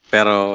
Pero